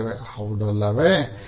ಹೌದಲ್ಲವೇ